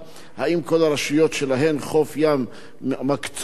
2. האם כל הרשויות שלהן חוף ים מקצות חוף